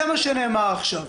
זה מה שנאמר עכשיו.